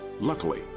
Luckily